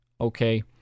Okay